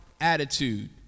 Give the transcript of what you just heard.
attitude